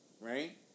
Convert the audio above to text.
right